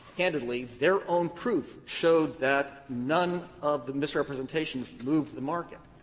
candidly, their own proof showed that none of the misrepresentations moved the market.